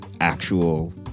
actual